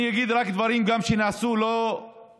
אני אגיד רק דברים שנעשו לא מזמן,